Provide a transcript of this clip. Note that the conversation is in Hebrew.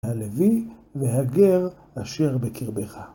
הלוי והגר אשר בקרבך.